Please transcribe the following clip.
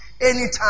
anytime